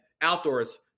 outdoors